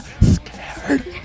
scared